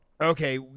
okay